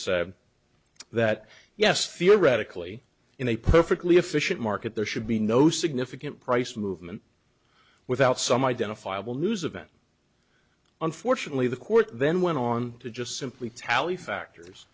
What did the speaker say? said that yes theoretically in a perfectly efficient market there should be no significant price movement without some identifiable news event unfortunately the court then went on to just simply tally factors